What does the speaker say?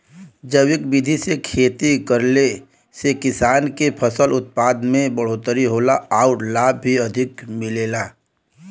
जैविक विधि से खेती करले से किसान के फसल उत्पादन में बढ़ोतरी होला आउर लाभ भी अधिक मिलेला